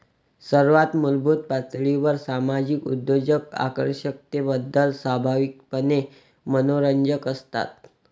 सर्वात मूलभूत पातळीवर सामाजिक उद्योजक आकर्षकतेबद्दल स्वाभाविकपणे मनोरंजक असतात